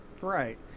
Right